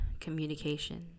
communication